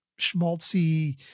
schmaltzy